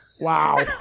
wow